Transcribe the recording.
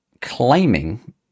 claiming